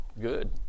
Good